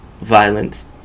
violence